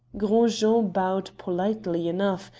gros jean bowed politely enough,